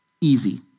Easy